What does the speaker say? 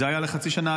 זה היה לחצי שנה,